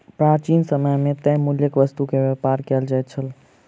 प्राचीन समय मे तय मूल्यक वस्तु के व्यापार कयल जाइत छल